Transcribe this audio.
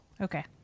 okay